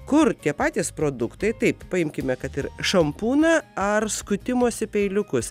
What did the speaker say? kur tie patys produktai taip paimkime kad ir šampūną ar skutimosi peiliukus